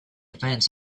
fence